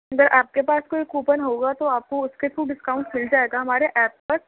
اگر آپ کے پاس کوئی کوپن ہوگا تو آپ کو اس کے تھرو ڈسکاؤنٹ مل جائے گا ہمارے ایپ پر